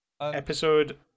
Episode